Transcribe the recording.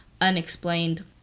unexplained